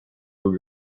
kui